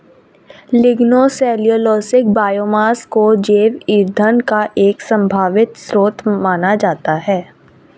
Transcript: lignocellulosic biomass को जैव ईंधन का एक संभावित स्रोत माना जाता है